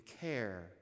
care